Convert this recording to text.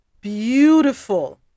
beautiful